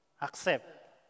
accept